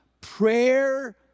Prayer